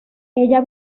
ella